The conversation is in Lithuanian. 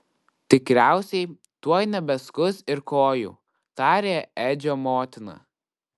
tikriausiai tuoj nebeskus ir kojų tarė edžio motina